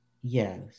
Yes